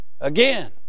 Again